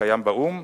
שקיים באו"ם,